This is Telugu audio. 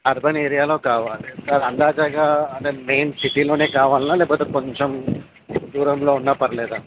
అర్బన్ ఏరియాలో కావాలి సార్ అందాకగా అంటే మెయిన్ సిటీలోనే కావాల్నా లేకపోతే కొంచెం దూరంలో ఉన్నా పర్లేదా